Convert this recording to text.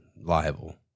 liable